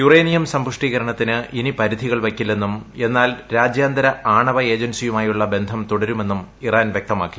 uranium സമ്പുഷ്ടീകരണത്തിന് ഇനി പരിധികൾ വയ്ക്കില്ലെന്നും എന്നാൽ രാജ്യാന്തര ആണവ ഏജൻസിയുമായുള്ള ബന്ധം തുടരുമെന്നും ഇറാൻ വ്യക്തമാക്കി